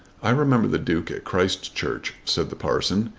i remember the duke at christchurch, said the parson.